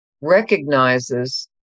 recognizes